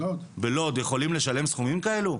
יכולים לשלם סכומים כאלו?